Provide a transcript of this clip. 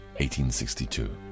1862